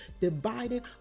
divided